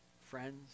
friends